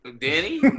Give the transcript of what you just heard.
Danny